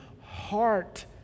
heart